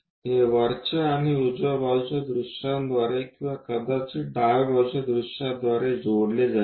हे वरच्या आणि उजव्या बाजूच्या दृश्यांद्वारे किंवा कदाचित डाव्या बाजूच्या दृश्यांद्वारे जोडले जाईल